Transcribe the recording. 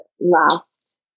last